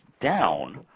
down